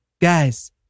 guys